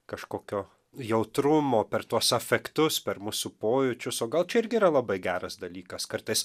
kažkokio jautrumo per tuos afektus per mūsų pojūčius o gal čia irgi yra labai geras dalykas kartais